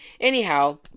Anyhow